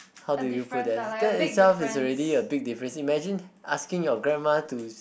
how did you put that that itself is already a big different imagine asking your grandma to